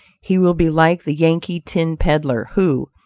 he will be like the yankee tin-peddler, who,